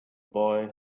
boy